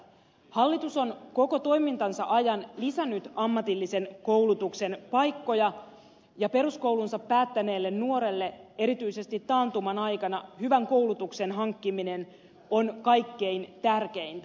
hallitus on koko toimintansa ajan lisännyt ammatillisen koulutuksen paikkoja ja peruskoulunsa päättäneelle nuorelle erityisesti taantuman aikana hyvän koulutuksen hankkiminen on kaikkein tärkeintä